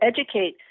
educate